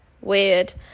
Weird